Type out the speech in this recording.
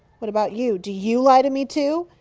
what about you? do you lie to me, too?